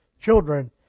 children